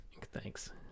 Thanks